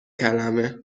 کلمه